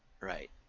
right